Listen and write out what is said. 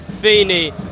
Feeney